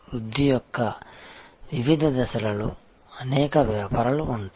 వృద్ధి యొక్క వివిధ దశలలో అనేక వ్యాపారాలు ఉంటాయి